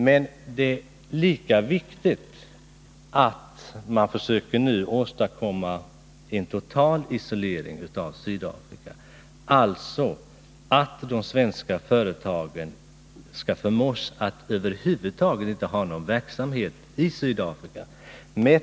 Men det är lika viktigt att man nu försöker åstadkomma en total isolering av Sydafrika, dvs. att de svenska företagen förmås att över huvud taget inte ha någon verksamhet i Sydafrika.